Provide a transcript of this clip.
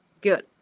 good